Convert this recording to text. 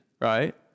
right